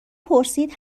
پرسید